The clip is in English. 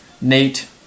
Nate